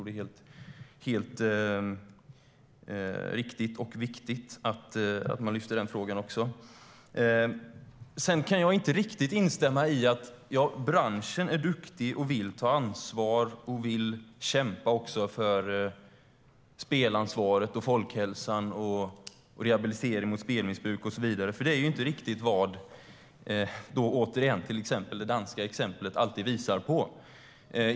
Det är riktigt och viktigt att man lyfter upp även den frågan. Jag kan inte riktigt instämma i att branschen är duktig, vill ta ansvar och vill kämpa för spelansvaret, folkhälsan och rehabilitering av spelmissbruk och så vidare. Det är inte riktigt vad det danska exemplet, återigen, visar på.